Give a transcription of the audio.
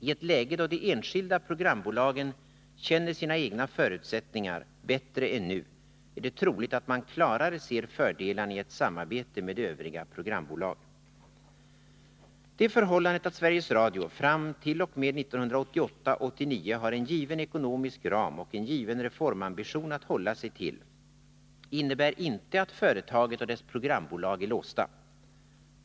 I ett läge då de enskilda programbolagen känner sina egna förutsättningar bättre än nu, är det troligt att man klarare ser fördelarna i ett samarbete med Nr 93 övriga programbolag. Onsdagen den Det förhållandet att Sveriges Radio fram t.o.m. 1988/89 har en given 11 mars 1981 ekonomisk ram och en given reformambition att hålla sig till innebär inte att. företaget och dess programbolag är låsta.